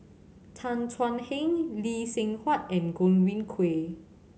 Tan Thuan Heng Lee Seng Huat and Godwin Koay